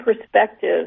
perspective